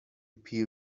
پیر